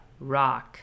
rock